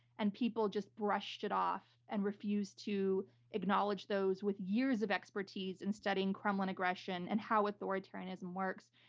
and people just brushed it off and refuse to acknowledge those with years of expertise in studying kremlin aggression and how authoritarianism works.